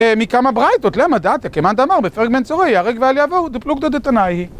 מכמה ברייתות, למה דאתיא כמאן דאמר בפרק בן סורר יהרג ואל יעבור, דפלוגתא דתנאי היא